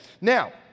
Now